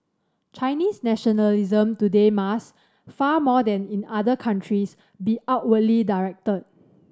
Chinese nationalism today must far more than in other countries be outwardly directed